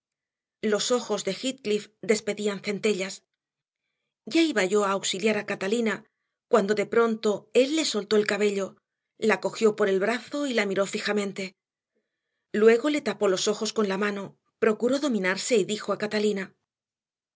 los ojos de heathcliff despedían centellas ya iba yo a auxiliar a catalina cuando de pronto él le soltó el cabello la cogió por el brazo y la miró fijamente luego le tapó los ojos con la mano procuró dominarse y dijo a catalina